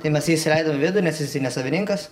tai mes jį įsileidom į vidų nes jisai ne savininkas